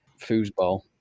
foosball